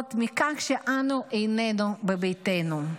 נובעות מכך שאנו איננו בביתנו.